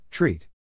Treat